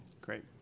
Great